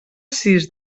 sis